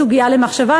סוגיה למחשבה.